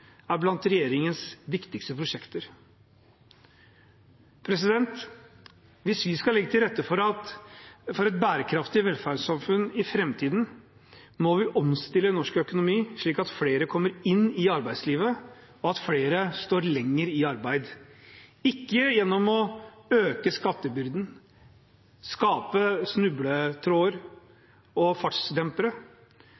er blant regjeringens viktigste prosjekter. Hvis vi skal legge til rette for et bærekraftig velferdssamfunn i framtiden, må vi omstille norsk økonomi, slik at flere kommer inn i arbeidslivet, og flere står lenger i arbeid – ikke gjennom å øke skattebyrden og skape snubletråder